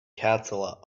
counselor